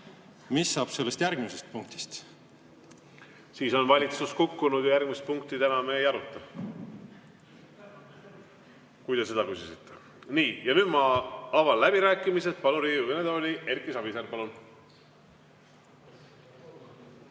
mis saab sellest järgmisest punktist? Siis on valitsus kukkunud ja järgmist punkti täna me ei aruta. Kui te seda küsisite. Nii, nüüd ma avan läbirääkimised ja palun Riigikogu kõnetooli Erki Savisaare. Palun!